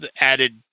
added